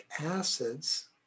acids